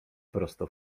prosto